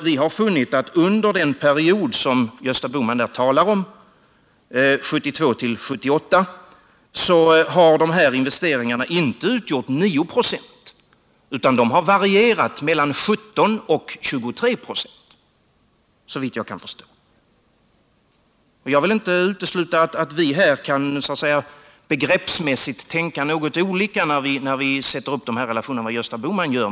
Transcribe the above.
Vi har då funnit att under den period som Gösta Bohman talar om, 1972-1978, har de här investeringarna inte utgjort 9 926, utan de har varierat mellan 17 och 23 96, såvitt jag kan förstå. Jag skall inte utesluta att vi här kan så att säga begreppsmässigt tänka något olika, när vi sätter upp de här relationerna, än vad Gösta Bohman gör.